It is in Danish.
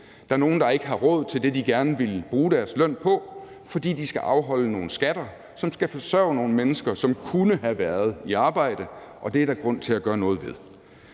Der er nogle, der ikke har råd til det, de gerne ville bruge deres løn på, fordi de skal afholde nogle skatter, som skal forsørge nogle mennesker, som kunne have været i arbejde. Det er der grund til at gøre noget ved.